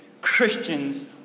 Christians